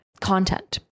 content